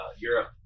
europe